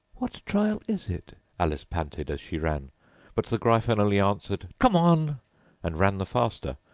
what trial is it alice panted as she ran but the gryphon only answered come on and ran the faster,